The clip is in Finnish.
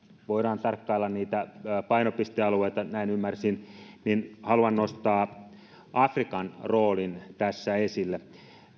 voidaan tarkkailla niitä painopistealueita näin ymmärsin niin haluan nostaa afrikan roolin tässä esille